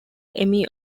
emmy